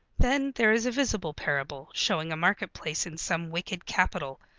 then there is a visible parable, showing a marketplace in some wicked capital,